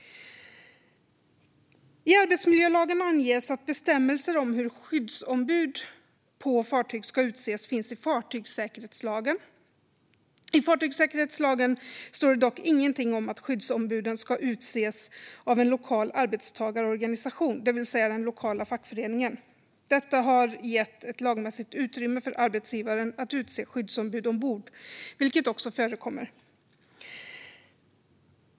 I arbetsmiljölagen anges att bestämmelser om hur skyddsombud på fartyg ska utses finns i fartygssäkerhetslagen. I fartygssäkerhetslagen står det dock ingenting om att skyddsombuden ska utses av en lokal arbetstagarorganisation, det vill säga den lokala fackföreningen. Detta har gett ett lagmässigt utrymme för arbetsgivaren att utse skyddsombud ombord, vilket också förekommer.